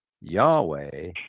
Yahweh